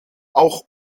auch